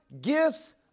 gifts